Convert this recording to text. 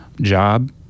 job